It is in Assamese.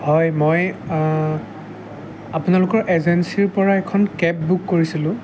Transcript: হয় মই আপোনালোকৰ এজেঞ্চিৰপৰাই এখন কেব বুক কৰিছিলোঁ